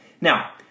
Now